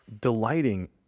delighting